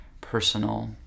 personal